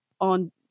on